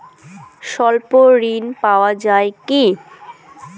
স্বল্প ঋণ পাওয়া য়ায় কি?